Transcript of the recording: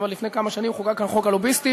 אבל לפני כמה שנים חוקק כאן חוק הלוביסטים,